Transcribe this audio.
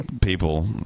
people